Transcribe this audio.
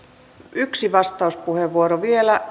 yksi vastauspuheenvuoro vielä